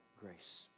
grace